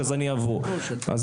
אבל